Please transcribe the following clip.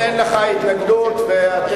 אם אין לך התנגדות ואתם,